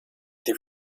die